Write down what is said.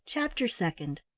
chapter second.